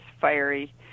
fiery